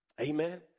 Amen